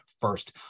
first